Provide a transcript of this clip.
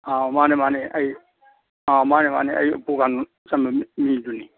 ꯑꯥ ꯃꯥꯟꯅꯦ ꯃꯥꯟꯅꯦ ꯑꯩ ꯑꯥ ꯃꯥꯟꯅꯦ ꯃꯥꯟꯅꯦ ꯑꯩ ꯎꯄꯨ ꯀꯥꯡꯗꯣꯟ ꯆꯟꯕ ꯃꯤꯗꯨꯅꯤ